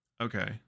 Okay